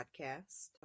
podcast